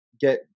get